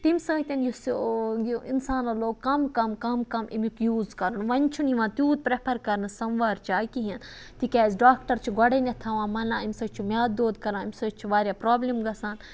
تمہِ سۭتۍ یُس اِنسانَو لوٚگ کَم کَم کَم کَم أمیُک یوٗز کَرُن وۄنۍ چھُنہٕ یِوان تیوٗت پریٚفَر کَرنہٕ سَموار چاے کِہیٖنۍ تِکیازِ ڈاکٹَر چھُ گۄڈنیٚتھ تھاوان مَنَع امہِ سۭتۍ چھُ میادٕ دود کَران امہِ سۭتۍ چھِ واریاہ پرابلم گَژھان